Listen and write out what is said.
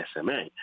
SMA